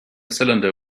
cylinder